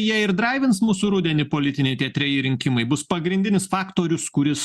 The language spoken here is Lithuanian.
jie ir draivins mūsų rudenį politiniai tie treji rinkimai bus pagrindinis faktorius kuris